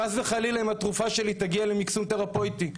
חס וחלילה אם התרופה שלי תגיע למקסום תרפויטי.